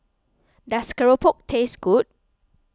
does Keropok taste good